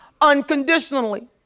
unconditionally